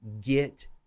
get